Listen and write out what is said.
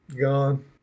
Gone